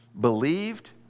believed